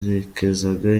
berekezaga